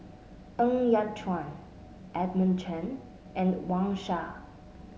Ng Yat Chuan Edmund Chen and Wang Sha